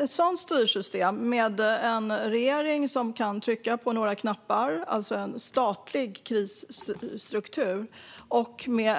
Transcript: Låter inte ett styrsystem med en regering som kan trycka på några knappar, alltså en statlig krisstruktur med